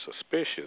suspicious